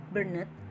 Burnett